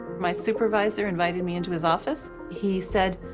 my supervisor invited me into his office. he said,